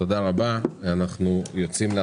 תודה רבה, הישיבה נעולה.